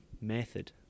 method